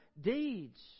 deeds